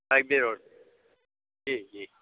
और जी जी